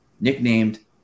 nicknamed